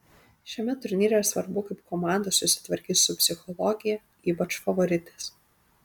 šiame turnyre svarbu kaip komandos susitvarkys su psichologija ypač favoritės